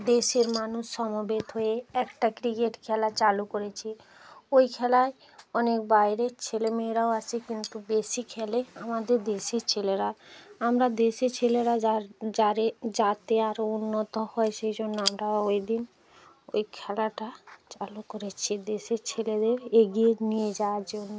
দেশের মানুষ সমবেত হয়ে একটা ক্রিকেট খেলা চালু করেছি ওই খেলায় অনেক বাইরের ছেলে মেয়েরাও আসে কিন্তু বেশি খেলে আমাদের দেশি ছেলেরা আমরা দেশের ছেলেরা যার যারে যাতে আরো উন্নত হয় সেই জন্য আমরা ওই দিন ওই খেলাটা চালু করেছি দেশের ছেলেদের এগিয়ে নিয়ে যাওয়ার জন্য